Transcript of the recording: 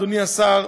אדוני השר,